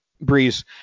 Breeze